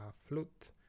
flute